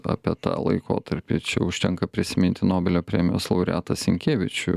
apie tą laikotarpį čia užtenka prisiminti nobelio premijos laureatą senkėvičių